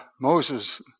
Moses